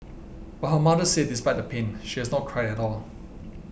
but her mother said despite the pain she has not cried at all